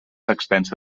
extensa